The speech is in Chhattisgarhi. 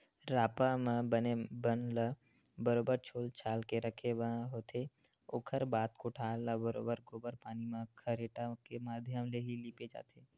रापा म बन मन ल बरोबर छोल छाल के रखे बर होथे, ओखर बाद कोठार ल बरोबर गोबर पानी म खरेटा के माधियम ले ही लिपे जाथे